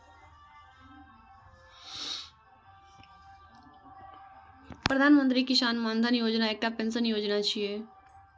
प्रधानमंत्री किसान मानधन योजना एकटा पेंशन योजना छियै